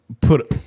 put